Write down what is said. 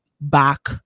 back